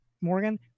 Morgan